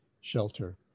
shelter